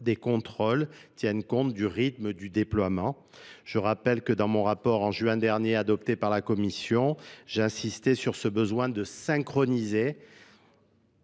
des contrôles compte du rythme du déploiement. Je rappelle que, dans mon rapport, en juin dernier, adopté par la Commission, j'ai insisté sur ce besoin de synchroniser.